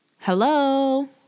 hello